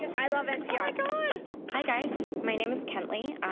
i love npr hi, guys. my name is kently.